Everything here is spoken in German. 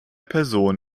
person